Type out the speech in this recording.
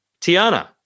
Tiana